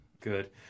Good